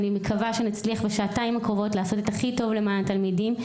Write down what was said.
אני מקווה שנצליח בשעתיים הקרובות לעשות את הכי טוב למען התלמידים.